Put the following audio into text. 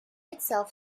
itself